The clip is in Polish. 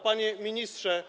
Panie Ministrze!